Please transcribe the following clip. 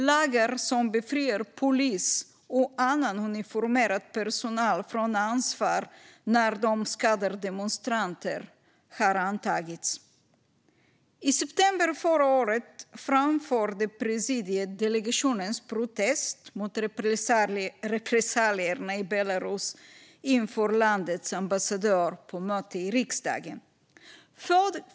Lagar som befriar polis och annan uniformerad personal från ansvar när de skadar demonstranter har antagits. I september förra året framförde presidiet delegationens protest mot repressalierna i Belarus inför landets ambassadör på ett möte i riksdagen.